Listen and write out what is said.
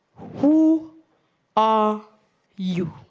who are you